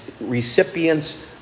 recipients